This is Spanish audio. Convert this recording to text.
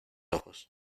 ojos